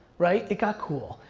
right, it got cool.